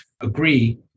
agree